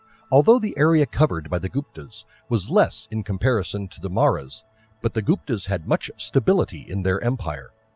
although the area covered by the gupta's was less in comparison to the maurya's but the gupta's had much stability in their empire.